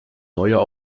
neujahr